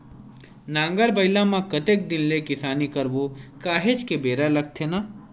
नांगर बइला म कतेक दिन ले किसानी करबो काहेच के बेरा लगथे न